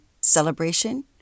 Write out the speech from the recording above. celebration